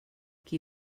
qui